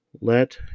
let